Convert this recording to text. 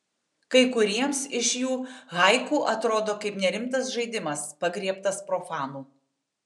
kai kuriems iš jų haiku atrodo kaip nerimtas žaidimas pagriebtas profanų